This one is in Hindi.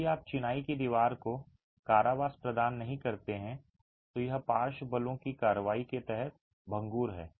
यदि आप चिनाई की दीवार को कारावास प्रदान नहीं करते हैं तो यह पार्श्व बलों की कार्रवाई के तहत भंगुर है